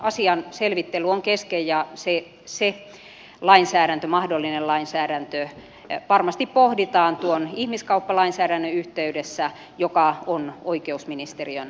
asian selvittely on kesken ja se mahdollinen lainsäädäntö varmasti pohditaan tuon ihmiskauppalainsäädännön yhteydessä jo ka on oikeusministeriön hallinnonalaa